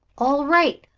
all right,